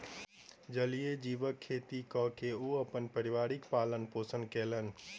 जलीय जीवक खेती कय के ओ अपन परिवारक पालन पोषण कयलैन